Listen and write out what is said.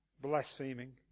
blaspheming